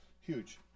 huge